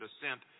descent